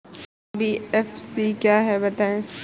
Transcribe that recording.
NBFC क्या होता है बताएँ?